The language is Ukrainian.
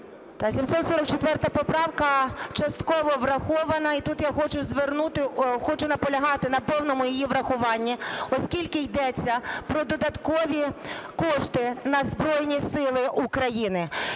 744 поправка частково врахована. І тут я хочу звернути... хочу наполягати на повному її врахуванні, оскільки йдеться про додаткові кошти на Збройні Сили України.